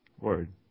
Word